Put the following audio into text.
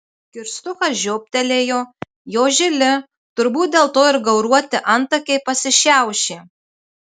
kirstukas žiobtelėjo jo žili turbūt dėl to ir gauruoti antakiai pasišiaušė